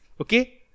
Okay